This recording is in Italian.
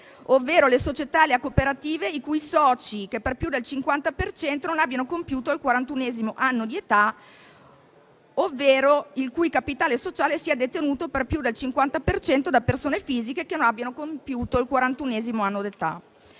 ovvero le società e le cooperative i cui soci per più del 50 per cento non abbiano compiuto il quarantunesimo anno di età; ovvero il cui capitale sociale sia detenuto per più del 50 per cento da persone fisiche che non abbiano compiuto il quarantunesimo anno d'età.